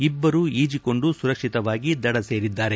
ಇಬ್ಬರು ಈಜಿಕೊಂಡು ಸುರಕ್ಷಿತವಾಗಿ ದದ ಸೇರಿದ್ದಾರೆ